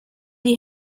die